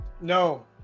No